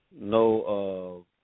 no